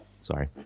Sorry